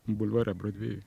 bulvare brodvėjuj